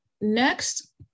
Next